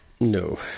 no